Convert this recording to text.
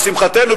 לשמחתנו,